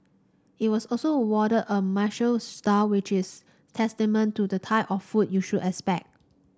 it was also awarded a Michelin star which is testament to the type of food you should expect